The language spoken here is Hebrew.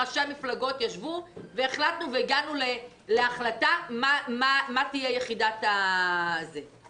ראשי המפלגות ישבו והגענו להחלטה מה תהיה יחידת המימון.